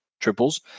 triples